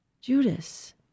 Judas